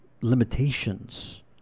limitations